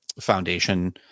foundation